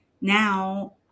now